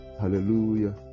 Hallelujah